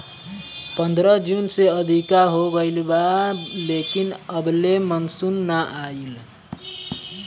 पंद्रह जून से अधिका हो गईल बा लेकिन अबले मानसून नाइ आइल